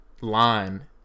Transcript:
line